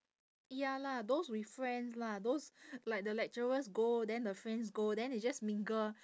ya lah those with friends lah those like the lecturers go then the friends go then they just mingle